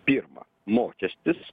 pirma mokestis